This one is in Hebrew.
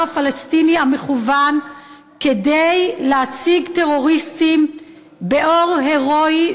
הפלסטיני המקוון כדי להציג טרוריסטים באור הירואי,